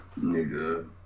nigga